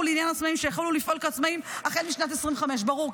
לעניין עצמאים שהחלו לפעול כעצמאים החל משנת 2025. ברור,